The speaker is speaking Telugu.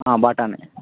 బాటానే